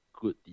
good